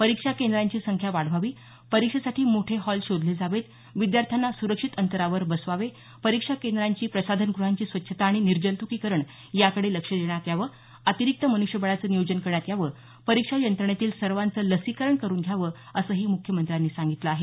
परीक्षा केंद्रांची संख्या वाढवावी परीक्षेसाठी मोठे हॉल शोधले जावेत विद्यार्थ्यांना सुरक्षित अंतरावर बसवावं परीक्षा केंद्राची प्रसाधनग्रहांची स्वच्छता आणि निर्जंतुकीकरण याकडे लक्ष देण्यात यावं अतिरिक्त मनृष्यबळाचं नियोजन करण्यात यावं परीक्षा यंत्रणेतील सर्वांचं लसीकरण करून घ्यावं असं मुख्यमंत्री ठाकरे यांनी सांगितलं आहे